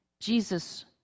Jesus